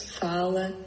fala